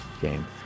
game